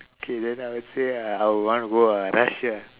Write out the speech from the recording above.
okay then I would say uh I would want to go uh russia